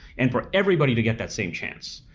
and for everybody to get that same chance.